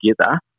together